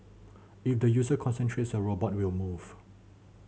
if the user concentrates a robot will move